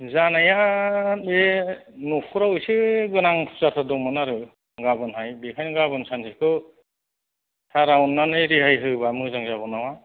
जानाया बे नखराव एसे गोनां फुजाथार दंमोन आरो गाबोन हाय बेखायनो गाबोन सानसेखौ सारा अननानै रेहाय होबा मोजां जागौमोन नामा